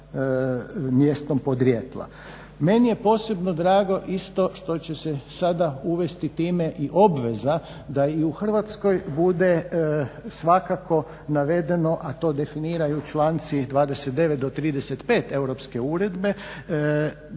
mjestom podrijetla. Meni je posebno drago isto što će se sada uvesti time i obveza da i u Hrvatskoj bude svakako navedeno a to definiraju članci 29. do 35. Europske uredbe da dakle